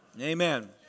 Amen